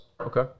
Okay